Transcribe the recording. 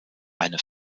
eine